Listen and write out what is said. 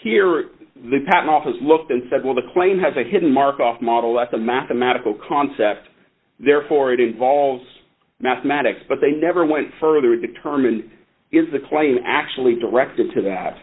here the patent office looked and said well the claim has a hidden mark off model as a mathematical concept therefore it involves mathematics but they never went further determined is the claim actually directed to that